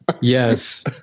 Yes